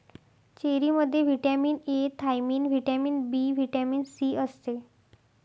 चेरीमध्ये vitamin A, थायमिन, vitamin B, vitamin C असते